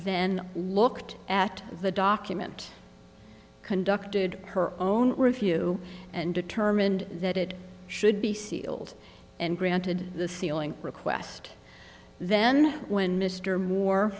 then looked at the document conducted her own review and determined that it should be sealed and granted the sealing request then when mr moore